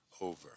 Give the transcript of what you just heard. over